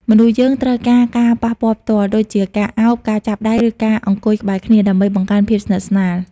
មនុស្សយើងត្រូវការការប៉ះពាល់ផ្ទាល់ ដូចជាការឱប ការចាប់ដៃ ឬការអង្គុយក្បែរគ្នា ដើម្បីបង្កើនភាពស្និតស្នាល។